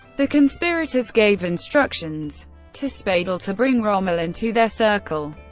the conspirators gave instructions to speidel to bring rommel into their circle.